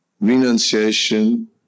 Renunciation